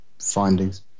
Findings